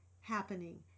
happening